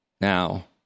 Now